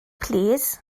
plîs